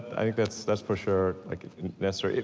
i think that's that's for sure like necessary,